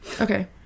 okay